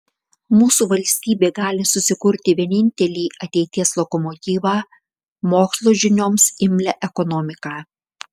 mūsų valstybė gali susikurti vienintelį ateities lokomotyvą mokslo žinioms imlią ekonomiką